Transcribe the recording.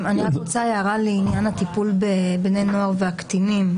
אני רק רוצה הערה לעניין הטיפול בבני נוער והקטינים,